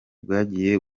bwagiye